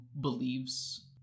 believes